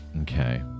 okay